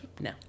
No